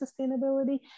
sustainability